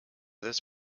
this